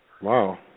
Wow